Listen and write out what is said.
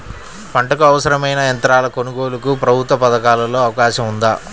పంటకు అవసరమైన యంత్రాల కొనగోలుకు ప్రభుత్వ పథకాలలో అవకాశం ఉందా?